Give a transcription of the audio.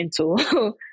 mental